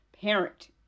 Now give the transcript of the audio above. parent